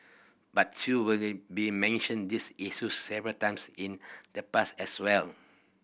but you've been mentioned these issues several times in the past as well